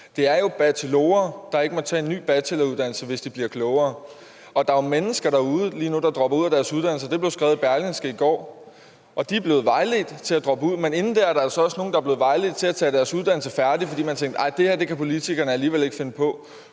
Det er bachelorer, der ikke må tage en ny bacheloruddannelse, hvis de bliver klogere. Der er jo mennesker derude lige nu, der dropper ud af deres uddannelser – det stod i Berlingske i går – og de er blevet vejledt til at droppe ud. Men inden det er der altså også nogen, der er blevet vejledt til at gøre deres uddannelse færdig, fordi man har tænkt, at det her kan politikerne alligevel ikke finde på.